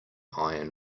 iron